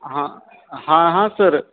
हां हां हां सर